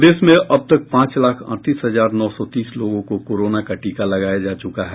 प्रदेश में अब तक पांच लाख अड़तीस हजार नौ सौ तीस लोगों को कोरोना का टीका का लगाया जा चुका है